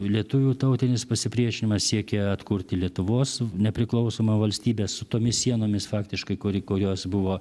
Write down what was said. lietuvių tautinis pasipriešinimas siekė atkurti lietuvos nepriklausomą valstybę su tomis sienomis faktiškai kur kurios buvo